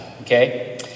Okay